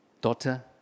daughter